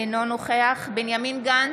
אינו נוכח בנימין גנץ,